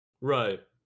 Right